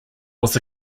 was